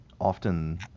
often